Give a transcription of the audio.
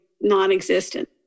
non-existent